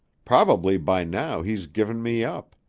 probably by now he's given me up.